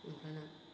बेखौनो